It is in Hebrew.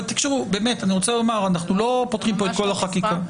תקשיבו, אנחנו לא פותחים פה את כל החקיקה.